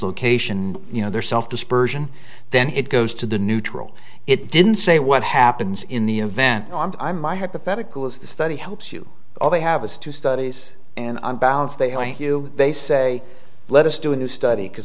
location you know their self dispersion then it goes to the neutral it didn't say what happens in the event i my hypothetical is the study helps you all they have is two studies and on balance they have you they say let us doing this study because